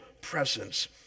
presence